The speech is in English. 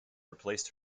replaced